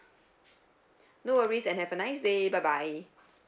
no worries and have a nice day bye bye